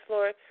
Lord